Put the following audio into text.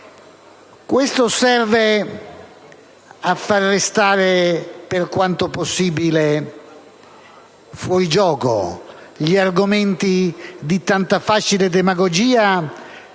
Questo serve a far restare, per quanto possibile, fuori gioco gli argomenti di tanta facile demagogia